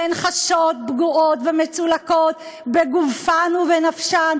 והן חשות פגועות ומצולקות בגופן ובנפשן?